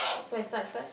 so I start first